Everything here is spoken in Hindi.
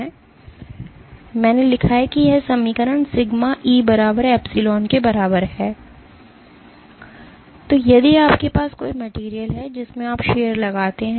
इसलिए मैंने लिखा है कि यह समीकरण सिग्मा E बार एप्सिलॉन के बराबर है यदि आपके पास कोई मटेरियल है जिसमें आप शीयर लगाते हैं